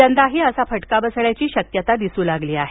यंदाही असा फटका बसण्याची शक्यता दिसू लागली आहे